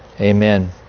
Amen